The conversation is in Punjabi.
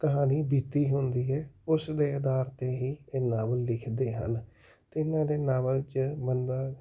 ਕਹਾਣੀ ਬੀਤੀ ਹੁੰਦੀ ਹੈ ਉਸ ਦੇ ਆਧਾਰ 'ਤੇ ਹੀ ਇਹ ਨਾਵਲ ਲਿਖਦੇ ਹਨ ਅਤੇ ਇਹਨਾਂ ਦੇ ਨਾਵਲ 'ਚ ਬੰਦਾ